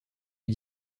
est